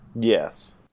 Yes